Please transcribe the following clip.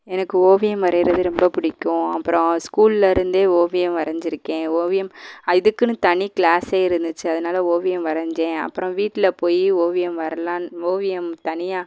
எனக்கு ஓவியம் வரையிறது ரொம்ப பிடிக்கும் அப்புறம் ஸ்கூல்ல இருந்தே ஓவியம் வரைஞ்சிருக்கேன் ஓவியம் அதுக்குன்னு தனி க்ளாஸ்ஸே இருந்துச்சு அதனால் ஓவியம் வரைஞ்சேன் அப்புறம் வீட்டில போய் ஓவியம் வரலாம்னு ஓவியம் தனியாக